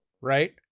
right